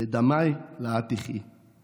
בדמיי לעד תחיי.